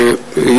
רוחמה?